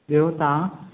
ॿियो तव्हां